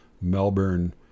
Melbourne